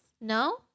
No